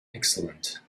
excellent